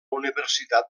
universitat